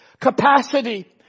capacity